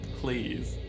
please